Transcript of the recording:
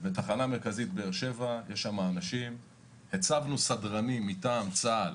בתחנה מרכזית באר שבע, הצבנו סדרנים מטעם צה"ל